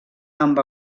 amb